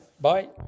Bye